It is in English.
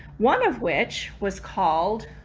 one of which was called